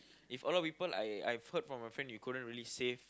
if a lot of people I I've heard from my friend you couldn't really save